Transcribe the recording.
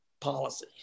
policy